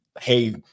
hey –